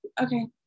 okay